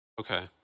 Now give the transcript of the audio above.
Okay